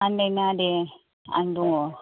आनदाय नाङा दे आं दङ